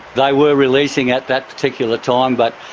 they were releasing at that particular time but